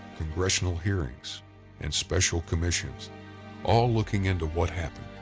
congressional hearings and special commissions all looking into what happened.